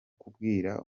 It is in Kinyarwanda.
kubwira